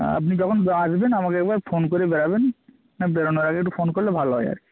আপনি যখন আসবেন আমাকে একবার ফোন করে বেরবেন হ্যাঁ বেরনোর আগে একটু ফোন করলে ভালো হয় আর কি